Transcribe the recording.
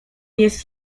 jest